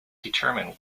determine